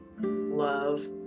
love